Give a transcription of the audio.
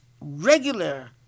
regular